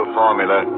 formula